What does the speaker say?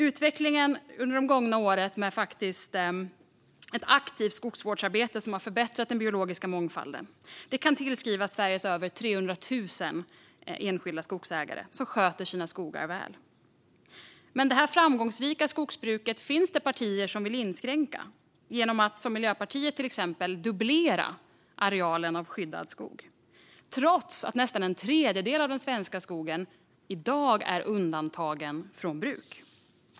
Utvecklingen under de gångna åren har inneburit ett aktivt skogsvårdsarbete som har förbättrat den biologiska mångfalden. Detta kan tillskrivas Sveriges över 300 000 enskilda skogsägare, som sköter sina skogar väl. Detta framgångsrika skogsbruk finns det dock partier som vill inskränka genom att till exempel, som Miljöpartiet, dubblera arealen av skyddad skog, trots att nästan en tredjedel av den svenska skogen redan i dag är undantagen från bruk.